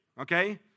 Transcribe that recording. Okay